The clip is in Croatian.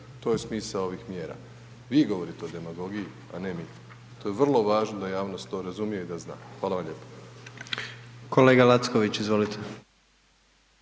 to je smisao ovih mjera. Vi govorite o demagogiji, a ne mi. To je vrlo važno da javnost to razumije i da zna. Hvala vam lijepo. **Jandroković, Gordan